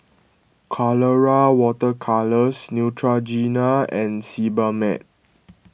Colora Water Colours Neutrogena and Sebamed